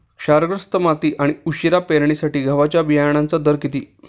क्षारग्रस्त माती आणि उशिरा पेरणीसाठी गव्हाच्या बियाण्यांचा दर किती?